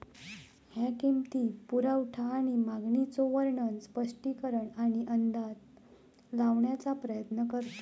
ह्या किंमती, पुरवठा आणि मागणीचो वर्णन, स्पष्टीकरण आणि अंदाज लावण्याचा प्रयत्न करता